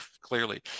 clearly